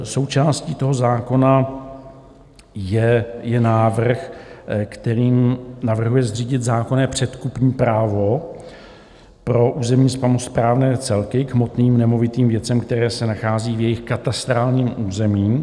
Součástí toho zákona je návrh, kterým navrhuje zřídit zákonné předkupní právo pro územní samosprávné celky k hmotným nemovitým věcem, které se nacházejí v jejich katastrálním území.